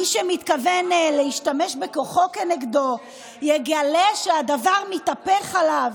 מי שמתכוון להשתמש בכוחו כנגדו יגלה שהדבר מתהפך עליו.